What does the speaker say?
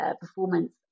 performance